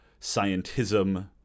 scientism